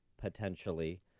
potentially